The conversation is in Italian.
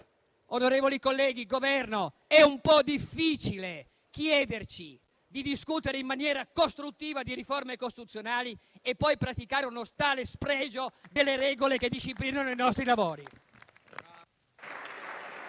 del Governo, è un po' difficile chiederci di discutere in maniera costruttiva di riforme costituzionali e poi praticare un tale spregio delle regole che disciplinano i nostri lavori.